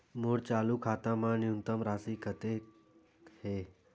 मोर चालू खाता मा न्यूनतम राशि कतना हे?